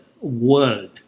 world